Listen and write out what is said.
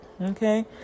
Okay